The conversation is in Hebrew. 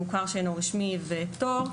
מוכר שאינו רשמי ופטור,